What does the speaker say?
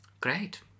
great